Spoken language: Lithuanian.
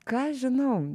ką aš žinau